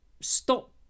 stop